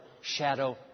shadow